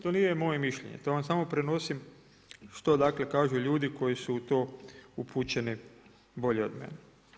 To nije moje mišljenje, to vam samo prenosim što kažu ljudi koji su to upućeni bolje od mene.